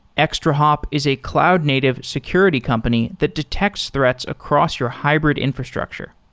extrahop is a cloud-native security company that detects threats across your hybrid infrastructure.